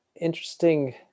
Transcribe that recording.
interesting